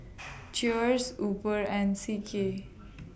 Cheers Uber and C K